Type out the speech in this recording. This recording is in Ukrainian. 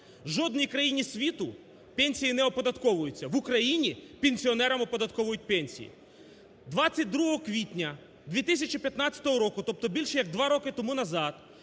В жодній країні світу пенсії не оподатковуються, в Україні пенсіонерам оподатковують пенсії. 22 квітня 2015 року, тобто більше як два роки тому назад,